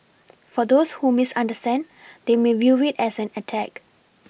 for those who misunderstand they may view it as an attack